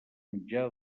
mitjà